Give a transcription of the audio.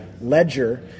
ledger